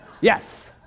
yes